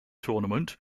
tournament